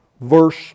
verse